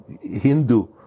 Hindu